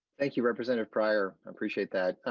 thank you representative prior appreciate that.